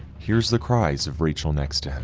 hears the cries of rachel next to him.